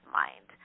mind